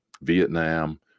Vietnam